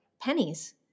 pennies